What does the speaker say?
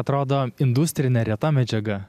atrodo industrinė reta medžiaga